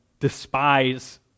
despise